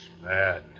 mad